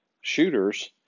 shooters